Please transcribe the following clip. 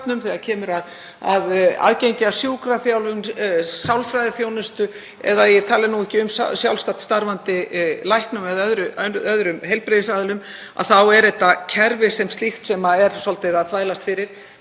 þegar kemur að aðgengi að sjúkraþjálfun, sálfræðiþjónustu, að ég tali nú ekki um sjálfstætt starfandi læknum eða öðrum heilbrigðisaðilum — þetta kerfi sem slíkt þvælist þar svolítið fyrir.